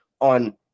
on